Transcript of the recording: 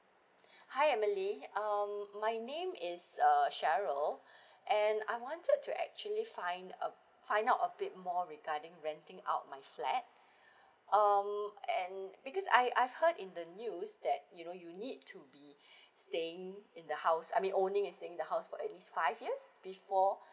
hi emily um my name is uh cheryl and I wanted to actually find uh find out a bit more regarding renting out my flat um and because I I've heard in the news that you know you need to be staying in the house I mean only been staying in the house for at least five years before